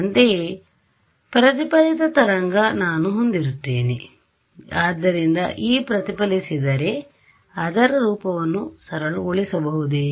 ಅಂತೆಯೇ ಪ್ರತಿಫಲಿತ ತರಂಗ ನಾನು ಹೊಂದಿರುತ್ತೇನೆ ಆದ್ದರಿಂದ E ಪ್ರತಿಫಲಿಸಿದರೆ ಅದರ ರೂಪವನ್ನು ಸರಳಗೊಳಿಸಬಹುದೇ